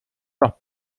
doch